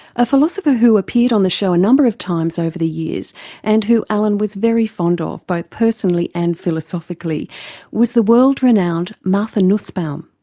a philosopher who appeared on the show a number of times over the years and who alan was very fond ah of both personally and philosophically was the world renowned martha nussbaum.